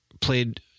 played